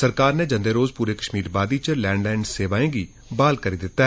सरकार नै जन्देरोज पूरे कश्मीर वाद्वी च लैंडलाईन सेवाएं गी बहाल करी दित्ता